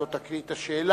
היום יום רביעי,